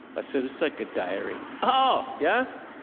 i said, it's like a diary. oh, yeah?